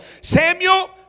Samuel